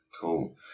cool